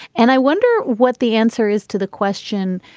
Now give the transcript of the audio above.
and i wonder what the answer is to the question